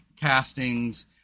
castings